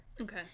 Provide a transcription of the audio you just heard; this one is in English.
Okay